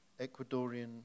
Ecuadorian